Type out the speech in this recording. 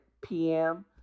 PM